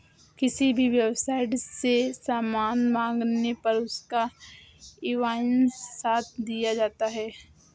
किसी भी वेबसाईट से सामान मंगाने पर उसका इन्वॉइस साथ दिया जाता है